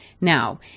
Now